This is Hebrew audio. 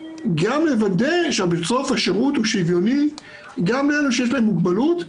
שייבחרו גם לוודא שבסוף השירות הוא שוויוני גם לאלה שיש להם מוגבלות.